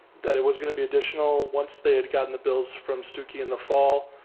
that it was gonna be additional, once they had gotten the bills from stookey in the fall.